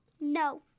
no